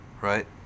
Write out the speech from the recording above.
right